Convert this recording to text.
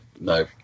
No